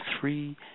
three